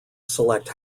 select